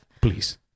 Please